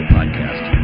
Podcast